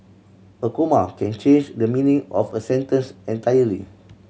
a comma can change the meaning of a sentence entirely